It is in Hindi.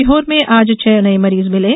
सीहोर में आज छह नये मरीज मिले